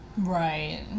right